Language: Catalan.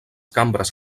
cambres